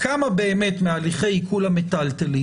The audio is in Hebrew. של כמה באמת הליכי עיקול מיטלטלין,